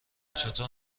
چطور